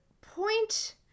point